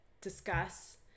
discuss